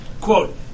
Quote